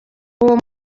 uwo